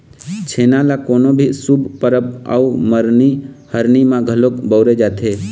छेना ल कोनो भी शुभ परब अउ मरनी हरनी म घलोक बउरे जाथे